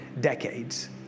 decades